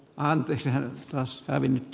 anteeksi hän taas molemmat